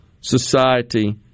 society